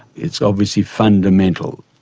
it's obviously fundamental.